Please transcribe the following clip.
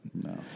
No